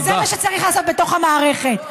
וזה מה שצריך לעשות בתוך המערכת.